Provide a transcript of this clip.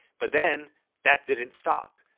but then that didn't stop.